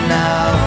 now